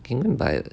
can you buy